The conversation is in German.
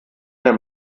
der